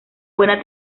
buena